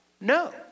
No